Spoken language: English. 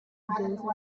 gazing